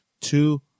two